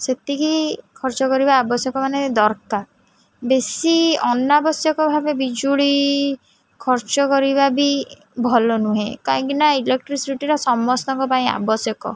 ସେତିକି ଖର୍ଚ୍ଚ କରିବା ଆବଶ୍ୟକମାନେ ଦରକାର ବେଶୀ ଅନାବଶ୍ୟକ ଭାବେ ବିଜୁଳି ଖର୍ଚ୍ଚ କରିବା ବି ଭଲ ନୁହେଁ କାହିଁକିନା ଇଲେକ୍ଟ୍ରିସିଟିର ସମସ୍ତଙ୍କ ପାଇଁ ଆବଶ୍ୟକ